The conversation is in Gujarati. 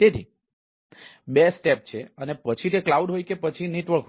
તેથી બે સ્ટેપ્સ છે અને પછી તે કલાઉડ હોય કે પછી નેટવર્ક